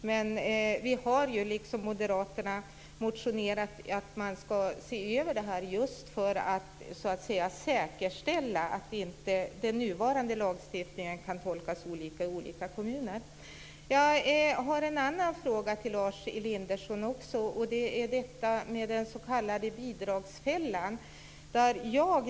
Vi har liksom Moderaterna motionerat om att detta ska ses över för att säkerställa att den nuvarande lagstiftningen inte ska kunna tolkas olika i olika kommuner. Jag har också en annan fråga till Lars Elinderson, nämligen om den s.k. bidragsfällan.